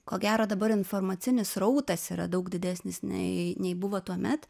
ko gero dabar informacinis srautas yra daug didesnis nei nei buvo tuomet